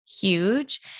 huge